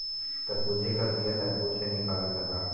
तरबूजे का बिआ तर्बूजे से निकालल जाला